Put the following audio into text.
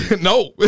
No